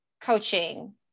coaching